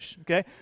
okay